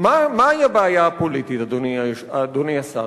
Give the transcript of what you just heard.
מה היא הבעיה הפוליטית, אדוני השר?